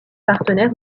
partenaire